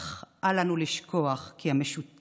אך אל לנו לשכוח כי המשותף